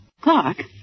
Clark